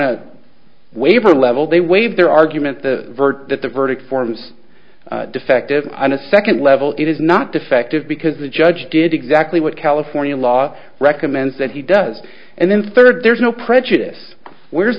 a waiver level they waive their argument the verdict that the verdict forms defective on a second level it is not defective because the judge did exactly what california law recommends that he does and then third there's no prejudice where's